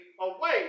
away